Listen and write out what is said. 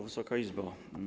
Wysoka Izbo!